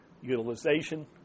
utilization